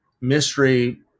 mystery